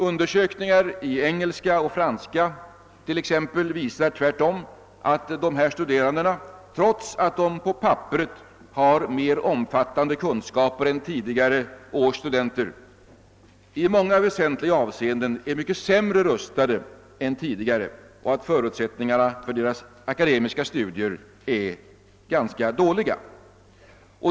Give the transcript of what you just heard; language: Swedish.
Undersökningar i engelska och franska t.ex. visar tvärtom att studerandena, trots att de på papperet har mer omfattande kunskaper än tidigare års studenter, i många väsentliga avseenden är mycket sämre rustade och att förutsättningarna för deras akademiska studier är ganska dåliga.